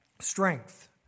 strength